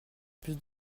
plus